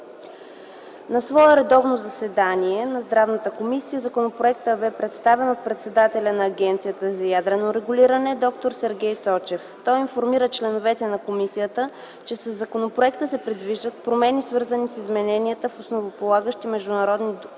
На редовно заседание на Здравната комисия Законопроектът бе представен от председателя на Агенцията за ядрено регулиране д-р Сергей Цочев. Той информира членовете на комисията, че със законопроекта се предвиждат промени, свързани с изменения в основополагащи международни документи